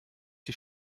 die